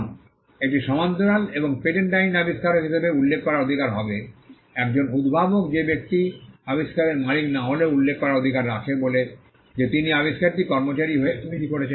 এখন একটি সমান্তরাল এবং পেটেন্ট আইন আবিষ্কারক হিসাবে উল্লেখ করার অধিকার হবে একজন উদ্ভাবক যে ব্যক্তি আবিষ্কারের মালিক না হলেও উল্লেখ করার অধিকার রাখে বলে যে তিনি আবিষ্কারটি কর্মচারী হয়ে তৈরি করেছেন